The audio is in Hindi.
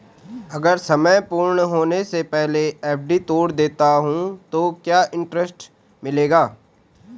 अगर समय पूर्ण होने से पहले एफ.डी तोड़ देता हूँ तो क्या इंट्रेस्ट मिलेगा?